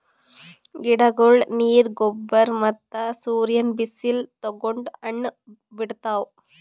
ಗಿಡಗೊಳ್ ನೀರ್, ಗೊಬ್ಬರ್ ಮತ್ತ್ ಸೂರ್ಯನ್ ಬಿಸಿಲ್ ತಗೊಂಡ್ ಹಣ್ಣ್ ಬಿಡ್ತಾವ್